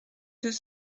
deux